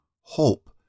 hope